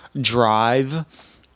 drive